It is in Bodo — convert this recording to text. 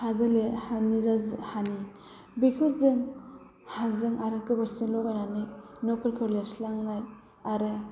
हानि बेखौ जों हाजों आरो गोबोरखिजों लगायनानै नफोरखौ लिरस्रांनाय आरो